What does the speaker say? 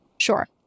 Sure